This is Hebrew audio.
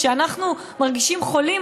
כשאנחנו מרגישים חולים,